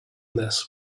this